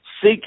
seek